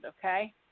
okay